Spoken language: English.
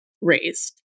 raised